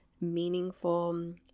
meaningful